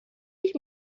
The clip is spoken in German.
ich